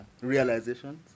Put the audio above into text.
realizations